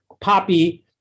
poppy